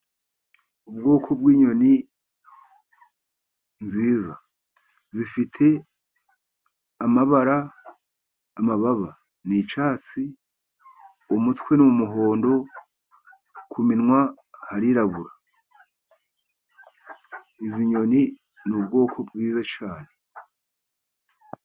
Ubwoko bw'inyoni nziza zifite amabara. Amababa ni icyatsi, umutwe ni umuhondo ku munwa harirabura. Izi nyoni ni ubwoko bwiza cyane.